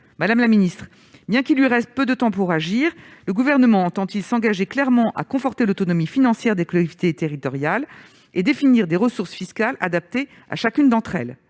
sera la suivante : bien qu'il lui reste peu de temps pour agir, le Gouvernement entend-il s'engager clairement à conforter l'autonomie financière des collectivités territoriales et à définir des ressources fiscales adaptées à chacune d'entre elles ?